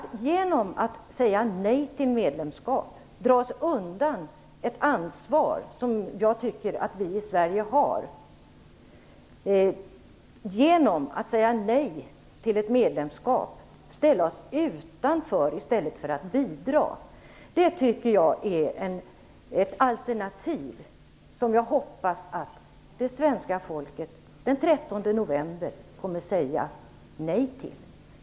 Genom att säga nej till medlemskap drar vi oss undan ett ansvar som jag tycker att vi i Sverige har. Genom att säga nej till ett medlemskap ställer vi oss utanför i stället för att bidra. Det är ett alternativ som jag hoppas att svenska folket det 13 november kommer att säga nej till.